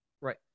Right